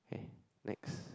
okay next